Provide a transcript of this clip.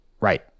right